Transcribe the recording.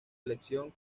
elección